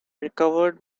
recovered